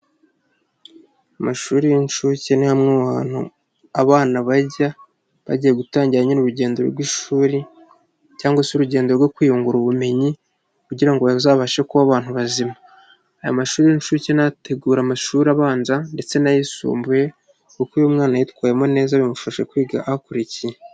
Amashuri y'inshuke ni hamwe mu hantu abana bajya, bagiye gutangira nyine urugendo rw'ishuri cyangwa se urugendo rwo kwiyungura ubumenyi, kugira ngo bazabashe kuba abantu bazima. Aya mashuri y'inshuke n'ategura amashuri abanza ndetse n'ayisumbuye, kuko iyo umwana ayitwayemo neza bimufasha kwiga akurikiye.